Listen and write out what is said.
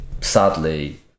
sadly